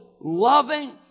loving